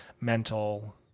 mental